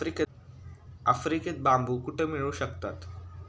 आफ्रिकेत बांबू कुठे मिळू शकतात?